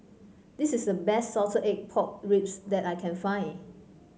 this is the best Salted Egg Pork Ribs that I can find